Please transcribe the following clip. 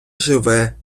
живе